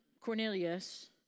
Cornelius